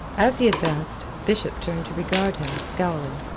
as he advanced, bishop turned to regard him, scowling.